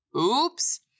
Oops